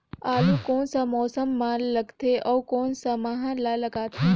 आलू कोन सा मौसम मां लगथे अउ कोन सा माह मां लगथे?